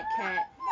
cat